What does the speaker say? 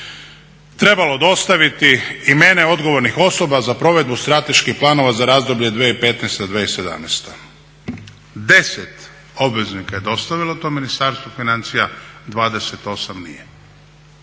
trebalo dostaviti imena odgovornih osoba za provedbu strateških planova za razdoblje 2015./2017. Deset obveznika je dostavilo to Ministarstvu financija, 28 nije.